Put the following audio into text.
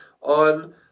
on